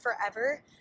forever